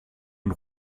und